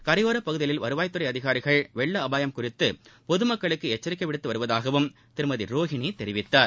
கரையோர பகுதிகளில் வருவாய் துறை அதிகாரிகள் வெள்ள அபாயம் குறித்து பொதுமக்களுக்கு எச்சுரிக்கை விடுத்து வருவதாகவும் திருமதி ரோஹினி தெரிவித்தார்